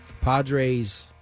Padres